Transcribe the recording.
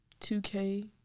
2K